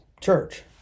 church